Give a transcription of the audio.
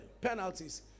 penalties